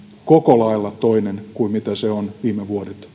koko lailla toinen kuin mitä se on viime vuodet